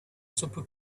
super